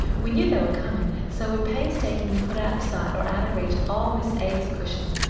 we knew they were coming, so we painstakingly put out of sight or out of reach all miss ada's cushions.